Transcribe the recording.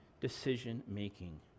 decision-making